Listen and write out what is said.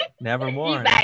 nevermore